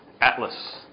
Atlas